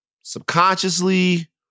subconsciously